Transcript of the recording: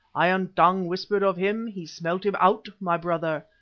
iron-tongue whispered of him, he smelt him out, my brother.